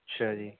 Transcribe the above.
ਅੱਛਾ ਜੀ